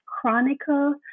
chronicle